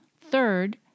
Third